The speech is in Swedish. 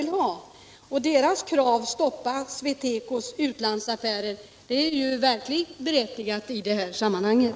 Deras krav på att man skall stoppa SweTecos utlandsaffärer är verkligen berättigat i det här sammanhanget.